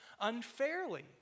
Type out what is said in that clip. unfairly